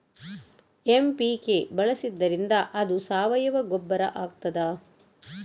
MPK ಬಳಸಿದ್ದರಿಂದ ಅದು ಸಾವಯವ ಗೊಬ್ಬರ ಆಗ್ತದ?